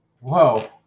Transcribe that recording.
Whoa